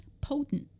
potent